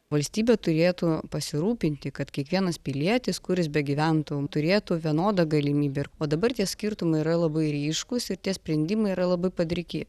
valstybė turėtų pasirūpinti kad kiekvienas pilietis kur jis begyventų turėtų vienodą galimybę ir o dabar tie skirtumai yra labai ryškūs ir tie sprendimai yra labai padriki